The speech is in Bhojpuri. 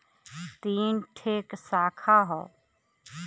तीन ठे साखा हौ